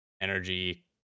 energy